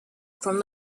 from